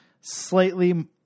slightly